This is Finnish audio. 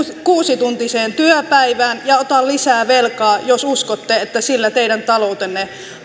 kuusituntiseen työpäivään ja ota lisää velkaa jos uskotte että sillä teidän taloutenne